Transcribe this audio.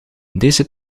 deze